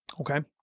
okay